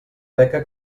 beca